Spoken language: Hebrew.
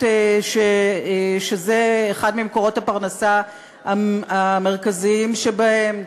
שהיא אחת ממקורות הפרנסה המרכזיים שלהן,